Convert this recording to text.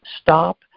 stop